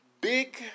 big